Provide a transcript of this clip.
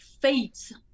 fate